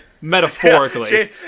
metaphorically